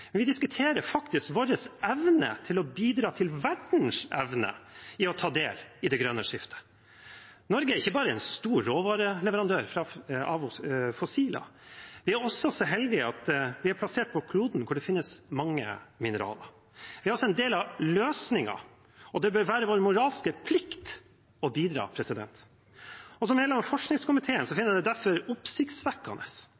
vi diskuterer faktisk vår evne til å bidra til verdens evne i å ta del i det grønne skiftet. Norge er ikke bare en stor råvareleverandør av fossiler. Vi er også så heldige at vi er plassert på kloden der det finnes mange mineraler. Vi er altså en del av løsningen, og det bør være vår moralske plikt å bidra. Som medlem av forskningskomiteen